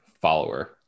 follower